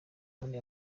muri